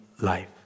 life